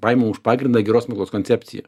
paimu už pagrindą geros moklos koncepciją